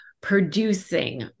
producing